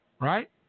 right